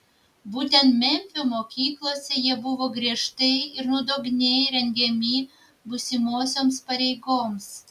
būtent memfio mokyklose jie buvo griežtai ir nuodugniai rengiami būsimosioms pareigoms